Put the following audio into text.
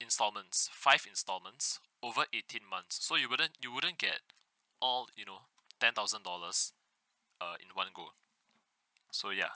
installments five installments over eighteen months so you wouldn't you wouldn't get all you know ten thousand dollars uh in one go so ya